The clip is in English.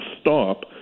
stop